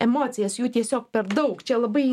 emocijas jų tiesiog per daug čia labai